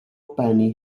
penny